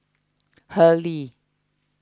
Hurley